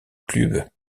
clube